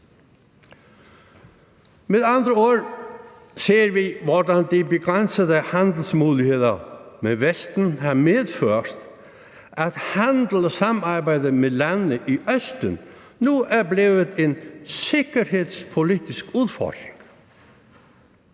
Med andre ord ser vi, hvordan de begrænsede handelsmuligheder med Vesten har medført, at handel og samarbejde med landene i Østen nu er blevet en sikkerhedspolitisk udfordring.